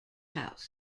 house